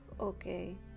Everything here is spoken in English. Okay